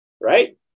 right